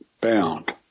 bound